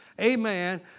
Amen